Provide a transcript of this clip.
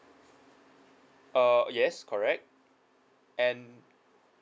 err yes correct and